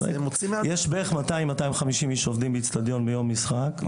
יש בערך 200 250 איש שעובדים באצטדיון ביום של משחק,